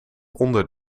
onder